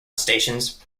stations